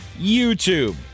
YouTube